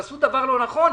הם עשו דבר לא נכון.